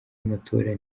y’amatora